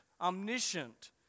omniscient